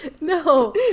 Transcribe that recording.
No